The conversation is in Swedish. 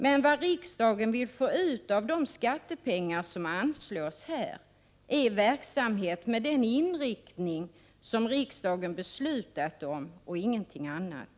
Men vad riksdagen vill få ut av de skattepengar som anslås här är verksamhet med den inriktning som riksdagen beslutat om, och ingenting annat.